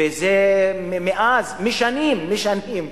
וזה מאז, משנים, משנים.